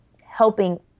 helping